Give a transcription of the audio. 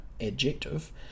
adjective